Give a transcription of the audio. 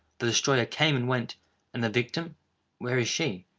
the destroyer came and went and the victim where is she?